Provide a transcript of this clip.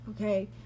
okay